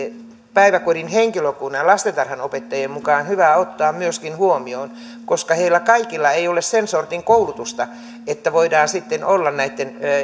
päiväkodin henkilökunnan ja lastentarhanopettajien mukaan hyvä ottaa myöskin huomioon koska heillä kaikilla ei ole sen sortin koulutusta että voidaan sitten olla näitten